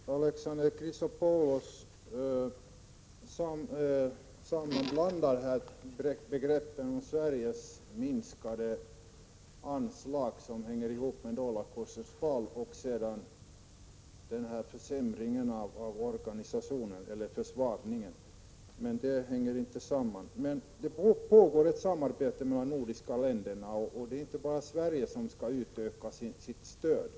Herr talman! Alexander Chrisopoulos blandar här ihop begreppen om Sveriges minskade anslag som sammanhänger med dollarkurserns fall och försvagningen av organisationerna, men de hänger inte ihop. Det pågår samarbete mellan de nordiska länderna, och det är inte bara Sverige som skall utöka sitt stöd.